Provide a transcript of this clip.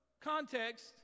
context